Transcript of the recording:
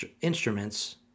instruments